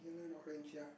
yellow and orange ya